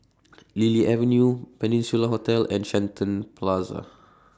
Lily Avenue Peninsula Hotel and Shenton Plaza